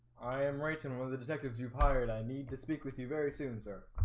i am writing when the detectives you've hired, i need to speak with you very soon sir